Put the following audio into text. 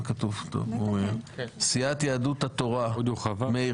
סיעת יהדות התורה מאיר